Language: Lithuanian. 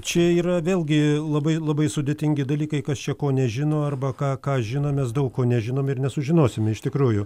čia yra vėlgi labai labai sudėtingi dalykai kas čia ko nežino arba ką ką žinom mes daug ko nežinom ir nesužinosime iš tikrųjų